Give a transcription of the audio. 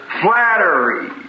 flattery